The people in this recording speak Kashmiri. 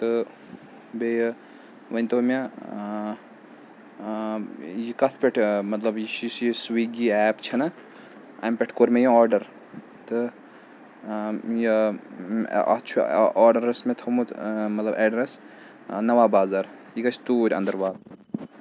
تہٕ بیٚیہِ ؤنۍتَو مےٚ یہِ کتھ پٮ۪ٹھ مطلب یہِ چھُ سُویٖگی ایٚپ چھےٚ نا اَمہِ پٮ۪ٹھ کوٚر مےٚ آرڈر تہٕ یہِ اَتھ چھُ آرڈرس مےٚ تھوٚمُت مطلب ایٚڈرس نَوا بازار یہِ گَژھِ توٗرۍ اَنٛدر واتُن